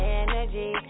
energy